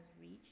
reached